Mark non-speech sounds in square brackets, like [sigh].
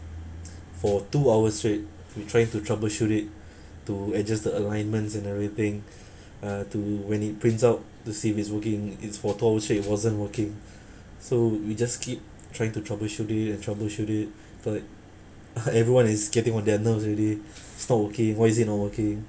for two hours straight we try to troubleshoot it to adjust the alignments and everything [breath] uh to when it prints out the scene is working it's photo shop wasn't working so we just keep trying to troubleshoot it and troubleshoot it for like [laughs] everyone is getting on their nerves already it's not working why is it not working